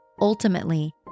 Ultimately